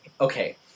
Okay